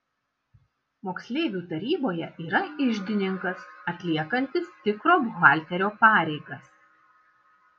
moksleivių taryboje yra iždininkas atliekantis tikro buhalterio pareigas